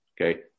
Okay